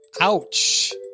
Ouch